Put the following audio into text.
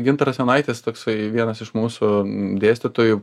gintaras jonaitis toksai vienas iš mūsų dėstytojų